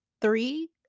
three